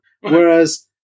Whereas